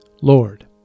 Lord